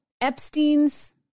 Epstein's